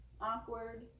awkward